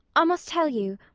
i must tell you.